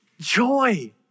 Joy